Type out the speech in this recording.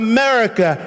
America